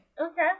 Okay